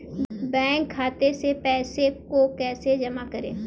Bank खाते से पैसे को कैसे जमा करें?